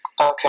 Okay